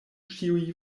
ĉiuj